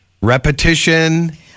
Repetition